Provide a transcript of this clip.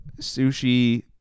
sushi